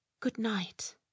good-night